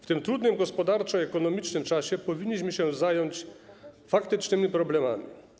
W tym trudnym gospodarczo i ekonomicznie czasie powinniśmy zająć się faktycznymi problemami.